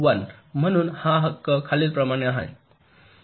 1 म्हणून हा हक्क खालीलप्रमाणे आहे